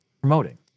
promoting